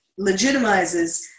legitimizes